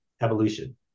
evolution